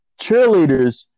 cheerleaders